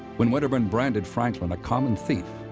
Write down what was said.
when wedderburn branded franklin a common thief,